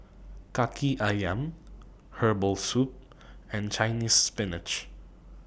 Kaki Ayam Herbal Soup and Chinese Spinach